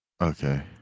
okay